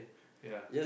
ya